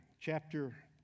chapter